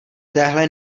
téhle